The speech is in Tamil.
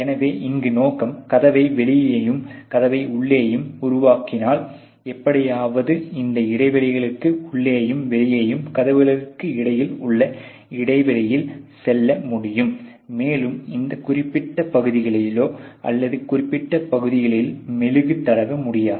எனவே இங்கு நோக்கம் கதவை வெளியேயும் கதவை உள்ளேயும் உருவாக்கினால் எப்படியாவது இந்த இடைவெளிகளுக்கு உள்ளேயும் வெளியேயும் கதவுகளுக்கு இடையில் உள்ள இடைவெளியில் செல்ல முடியும் மேலும் இந்த குறிப்பிட்ட பகுதிகளிலோ அல்லது குறிப்பிட்ட பகுதியிலோ மெழுகு தடவ முடியாது